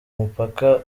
mupaka